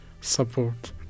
support